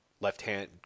left-hand